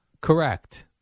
Correct